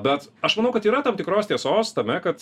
bet aš manau kad yra tam tikros tiesos tame kad